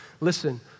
Listen